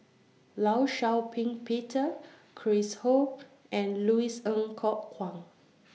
law Shau Ping Peter Chris Ho and Louis Ng Kok Kwang